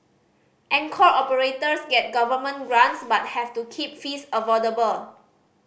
anchor operators get government grants but have to keep fees affordable